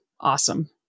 awesome